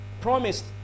promised